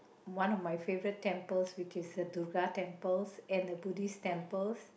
one of my favourite temples which is the Durga temples and the Buddhist temples